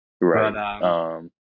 Right